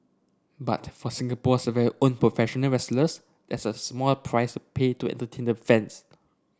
but for Singapore's very own professional wrestlers that's a small price pay to entertain the fans